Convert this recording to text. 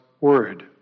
word